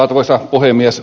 arvoisa puhemies